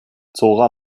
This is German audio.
zora